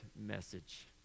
message